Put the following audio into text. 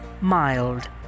Mild